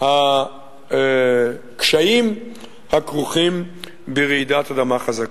הקשיים הכרוכים ברעידת אדמה חזקה.